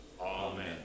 Amen